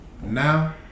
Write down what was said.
now